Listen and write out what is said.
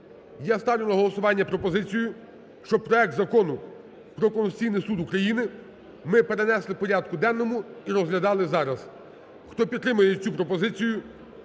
я ставлю на голосування пропозицію, щоб проект Закону про Конституційний Суд України ми перенесли в порядку денному і розглядали зараз. Хто підтримує цю пропозицію,